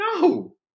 No